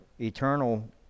eternal